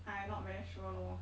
I not very sure lor